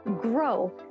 grow